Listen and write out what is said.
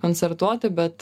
koncertuoti bet